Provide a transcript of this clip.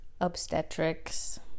obstetrics